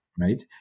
right